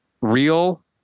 real